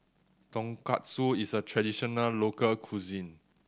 tonkatsu is a traditional local cuisine